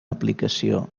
aplicació